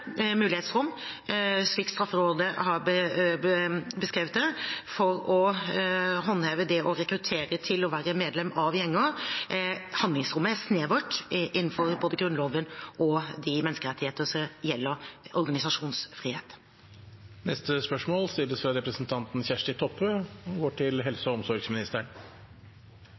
mulighetsrom, slik Straffelovrådet har beskrevet det, for å håndheve det å rekruttere til og være medlem av gjenger. Handlingsrommet er snevert innenfor både Grunnloven og de menneskerettighetene som gjelder organisasjonsfrihet. «Dei fleste dødsfalla som følgje av koronaviruset har skjedd på sjukeheimar, og